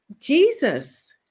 Jesus